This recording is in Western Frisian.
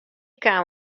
kaam